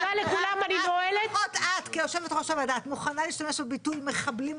לפחות את כיושבת-ראש הוועדה מוכנה להשתמש בביטוי מחבלים?